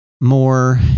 more